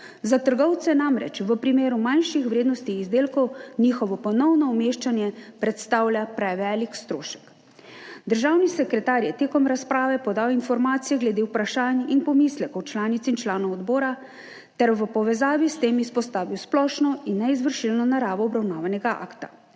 Za trgovce namreč v primeru manjših vrednosti izdelkov njihovo ponovno umeščanje predstavlja prevelik strošek. Državni sekretar je med razpravo podal informacije glede vprašanj in pomislekov članic in članov odbora ter v povezavi s tem izpostavil splošno in neizvršilno naravo obravnavanega akta.